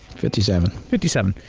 fifty seven. fifty seven.